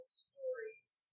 stories